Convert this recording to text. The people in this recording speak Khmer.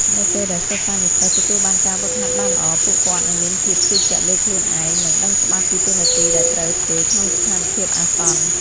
នៅពេលដែលសិស្សានុសិស្សទទួលបានការហ្វឹកហាត់បានល្អ ពួកគាត់នឹងមានភាពជឿជាក់លើខ្លួនឯង និងដឹងច្បាស់ពីតួនាទីដែលត្រូវធ្វើក្នុងស្ថានភាពអាសន្ន។